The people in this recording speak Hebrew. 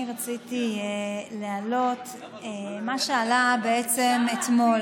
אני רציתי להעלות מה שעלה בעצם אתמול.